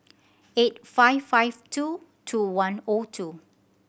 eight five five two two one O two